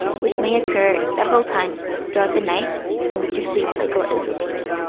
which may occur several times throughout the night since your sleep cycle is repeated.